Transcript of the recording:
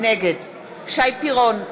נגד שי פירון,